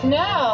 no